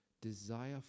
Desire